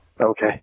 Okay